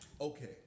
Okay